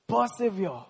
persevere